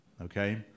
okay